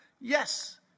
Yes